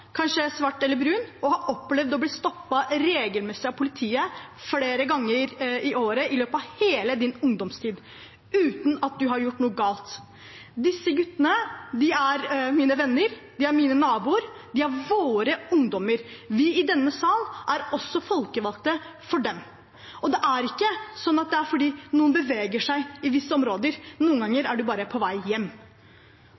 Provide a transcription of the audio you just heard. kanskje svart eller brun, som har opplevd å bli stoppet regelmessig av politiet flere ganger i året i løpet av hele sin ungdomstid, uten at man har gjort noe galt. Disse guttene er mine venner, de er mine naboer, de er våre ungdommer. Vi i denne salen er også folkevalgte for dem. Det er ikke sånn at det er fordi noen beveger seg i visse områder, noen ganger